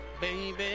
Baby